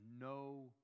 no